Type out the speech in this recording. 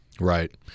Right